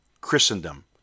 Christendom